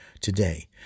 today